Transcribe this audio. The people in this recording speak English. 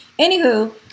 Anywho